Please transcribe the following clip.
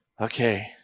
okay